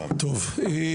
אני